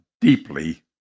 deeply